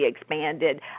expanded